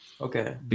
Okay